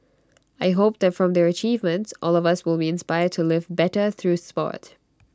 I hope that from their achievements all of us will be inspired to live better through Sport